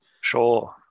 Sure